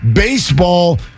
baseball